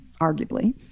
arguably